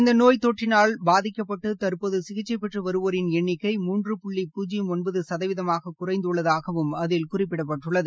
இந்த நோய் தொற்றினால் பாதிக்கப்பட்டு தற்போது சிகிச்சை பெற்று வருவோரின் எண்ணிக்கை மூன்று புள்ளி பூஜ்ஜியம் ஒன்பது சதவீதமாக குறைந்துள்ளதாகவும் அதில் குறிப்பிடப்பட்டுள்ளது